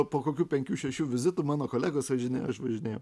po kokių penkių šešių vizitų mano kolegos važinėjo aš važinėjau